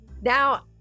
Now